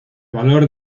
valor